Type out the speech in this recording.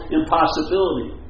impossibility